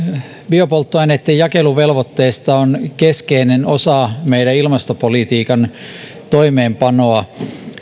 biopolttoaineitten jakeluvelvoitteesta on keskeinen osa meidän ilmastopolitiikkamme toimeenpanoa